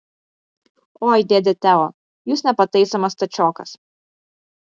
oi dėde teo jūs nepataisomas stačiokas